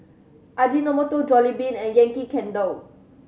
Ajinomoto Jollibean and Yankee Candle